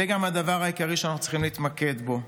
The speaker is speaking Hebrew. זה גם הדבר העיקרי שאנחנו צריכים להתמקד בו.